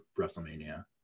Wrestlemania